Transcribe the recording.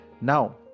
Now